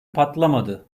patlamadı